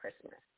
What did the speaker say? Christmas